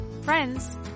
friends